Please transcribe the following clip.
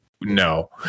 no